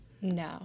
No